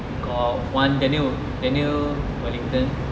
got one daniel daniel wellington